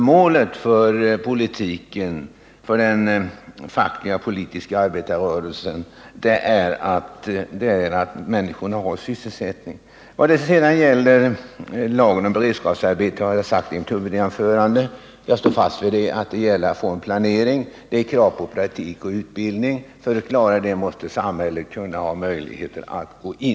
Målet för den fackliga och den politiska arbetarrörelsen är ju att människorna skall ha sysselsättning och positiv utveckling i samhället. I vad det sedan gäller lagen om beredskapsarbete har jag i mitt huvudanförande framfört — och jag håller fast vid det — kraven på planering och på praktik och utbildning. För att tillmötesgå dessa krav måste samhället ha resurser att sätta in.